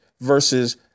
versus